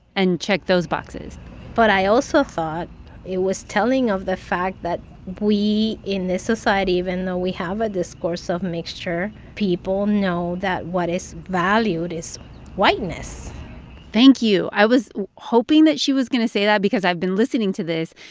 and check those those boxes but i also thought it was telling of the fact that we, in this society, even though we have a discourse of mixture, people know that what is valued is whiteness thank you. i was hoping that she was going to say that because i've been listening to this,